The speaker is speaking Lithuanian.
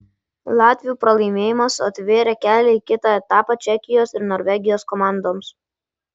latvių pralaimėjimas atvėrė kelią į kitą etapą čekijos ir norvegijos komandoms